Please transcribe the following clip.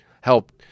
helped